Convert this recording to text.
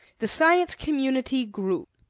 the science community grew.